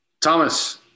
Thomas